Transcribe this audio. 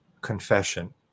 confession